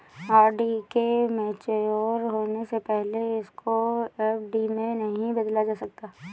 RD के mature होने से पहले इसको एफ.डी में नहीं बदला जा सकता